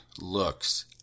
looks